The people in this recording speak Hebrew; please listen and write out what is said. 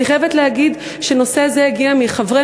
אני חייבת להגיד שנושא זה הגיע מחברי